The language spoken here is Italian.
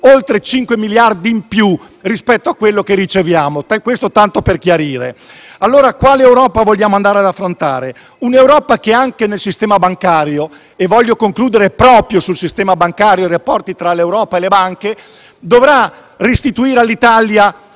oltre 5 miliardi di euro in più rispetto a quello che riceviamo; questo tanto per chiarire. Quale Europa vogliamo andare allora ad affrontare? Un'Europa che, anche nel sistema bancario (e voglio concludere proprio sul sistema bancario e sui rapporti tra l'Europa e le banche) dovrà restituire all'Italia